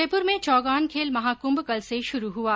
जयपुर में चौगान खेल महाकुंभ कल से शुरू हुआ